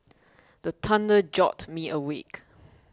the thunder jolt me awake